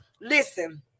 Listen